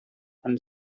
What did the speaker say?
and